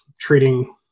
treating